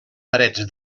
parets